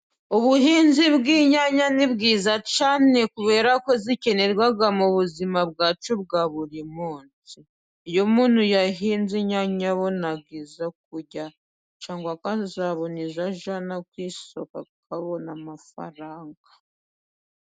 Ubuhinzi bw'inyanya ni bwiza cyane kubera ko zikenerwa mu buzima bwacu bwa buri munsi. Iyo umuntu yahinze inyanya abona izo kurya, cyangwa akazabona izo ajyana ku isoko akabona amafaranga.